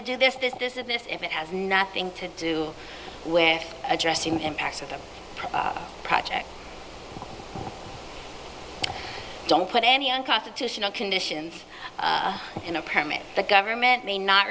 to do this this this is this if it has nothing to do with addressing the impacts of a project don't put any unconstitutional conditions in a permit the government may not